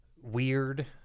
weird